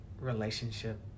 relationship